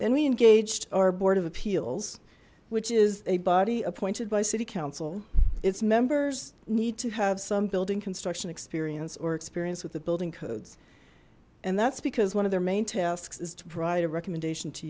engaged our board of appeals which is a body appointed by city council its members need to have some building construction experience or experience with the building codes and that's because one of their main tasks is to provide a recommendation to